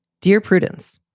dear prudence,